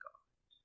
God